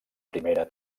primera